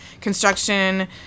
construction